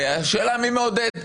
השאלה מי מעודד.